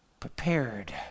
Prepared